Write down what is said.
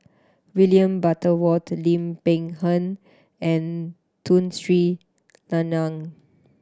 William Butterworth Lim Peng Han and Tun Sri Lanang